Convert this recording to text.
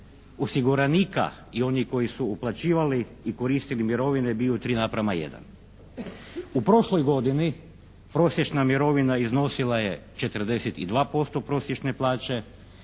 osiguranika i onih koji su uplaćivali i koristili mirovine bio 3:1. U prošloj godini prosječna mirovina iznosila je 42% prosječne plaće.